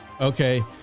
Okay